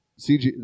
CG